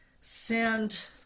send